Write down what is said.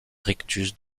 rictus